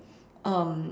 um